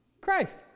christ